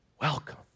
welcome